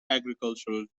agricultural